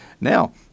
Now